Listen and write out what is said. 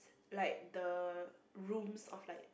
like the rooms of like